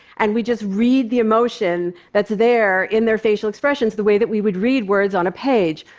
and we just read the emotion that's there in their facial expressions the way that we would read words on a page.